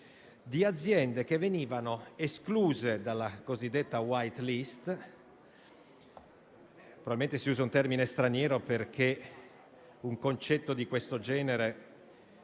di aziende escluse dalla cosiddetta w*hite list* - probabilmente si usa un termine straniero perché un concetto del genere